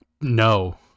No